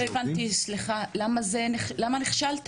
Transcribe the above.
לא הבנתי, סליחה, למה נכשלתם?